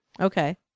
Okay